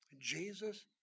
Jesus